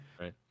right